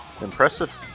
impressive